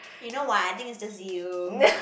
you know what I think it's just you